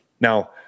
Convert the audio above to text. Now